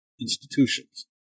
institutions